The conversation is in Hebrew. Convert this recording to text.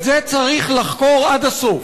את זה צריך לחקור עד הסוף,